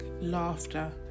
laughter